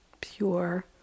pure